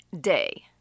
day